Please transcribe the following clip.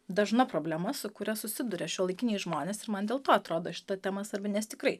dažna problema su kuria susiduria šiuolaikiniai žmonės ir man dėl to atrodo šita tema svarbi nes tikrai